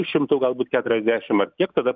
šimtų galbūt keturiasdešim ar kiek tada